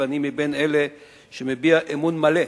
ואני מבין אלה שמביעים אמון מלא,